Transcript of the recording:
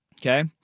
Okay